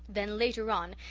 then later on,